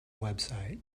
website